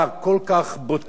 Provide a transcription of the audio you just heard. זולה, הוגנות, זה מרכז את הכול.